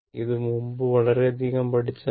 ഇത് മുമ്പ് വളരെയധികം പഠിച്ചതാണ്